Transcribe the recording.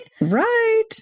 Right